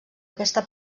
aquesta